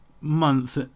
month